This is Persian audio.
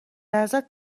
ازت